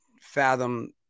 fathom